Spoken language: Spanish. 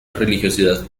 religiosidad